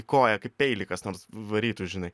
į koją kaip peilį kas nors varytų žinai